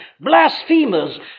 blasphemers